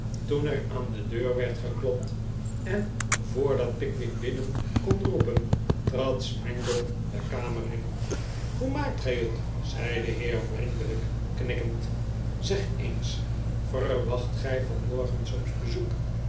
toen er aan de deur werd geklopt en voordat pickwick binnen kon roepen trad smangle de kamer in hoe maakt gij het zei deze heer vriendelijk knikkend zeg eens verwacht gij vanmorgen soms bezoek